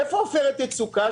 איפה עופרת יצוקה,